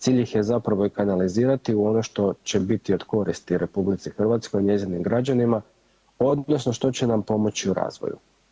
Cilj ih je zapravo i kanalizirati u ono što će biti od koristi RH, njezinim građanima odnosno što će nam pomoći u razvoju.